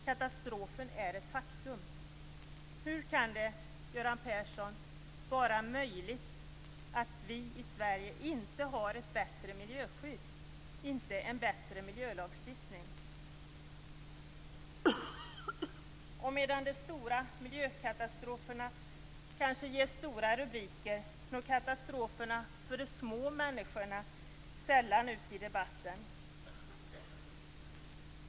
Katastrofen är ett faktum. Hur kan det vara möjligt, Göran Persson, att vi i Sverige inte har ett bättre miljöskydd och en bättre miljölagstiftning än så här? Medan de stora miljökatastroferna ger stora rubriker når katastroferna för de små människorna sällan ut i debatten.